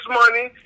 money